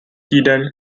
týden